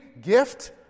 gift